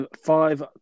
Five